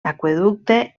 aqüeducte